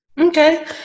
Okay